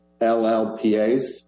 LLPAs